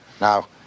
Now